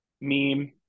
meme